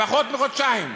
פחות מחודשיים.